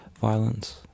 violence